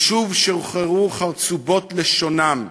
ושוב שוחררו חרצובות לשונם.